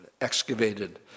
excavated